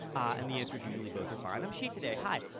and the answer is usually both are fine. i'm she today. hi.